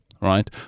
right